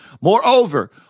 Moreover